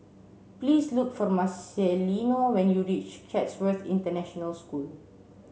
please look for Marcelino when you reach Chatsworth International School